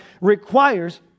requires